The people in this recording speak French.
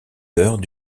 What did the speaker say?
heures